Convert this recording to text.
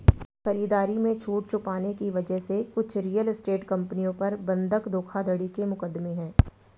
खरीदारी में छूट छुपाने की वजह से कुछ रियल एस्टेट कंपनियों पर बंधक धोखाधड़ी के मुकदमे हैं